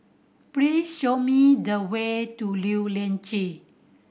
please show me the way to Lew Lian